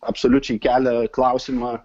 absoliučiai kelia klausimą